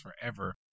forever